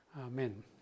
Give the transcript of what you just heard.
amen